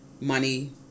money